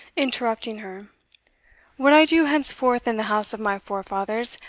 interrupting her what i do henceforth in the house of my forefathers,